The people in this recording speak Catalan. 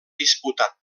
disputat